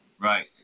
Right